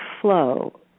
flow